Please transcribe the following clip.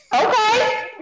Okay